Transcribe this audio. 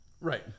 Right